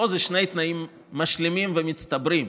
פה זה שני תנאים משלימים ומצטברים.